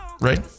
Right